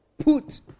Put